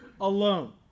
alone